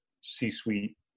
C-suite